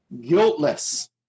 guiltless